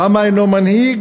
למה הוא אינו מנהיג?